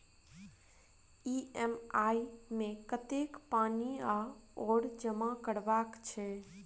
EMI मे कतेक पानि आओर जमा करबाक छैक?